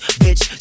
bitch